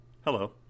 Hello